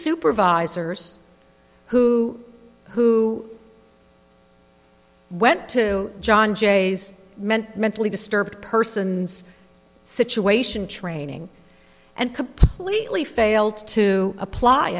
supervisors who who went to john jay's meant mentally disturbed person's situation training and completely failed to apply